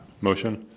motion